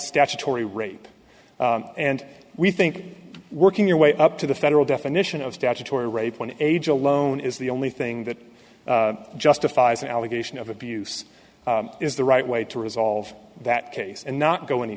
statutory rape and we think working your way up to the federal definition of statutory rape when age alone is the only thing that justifies an allegation of abuse is the right way to resolve that case and not go any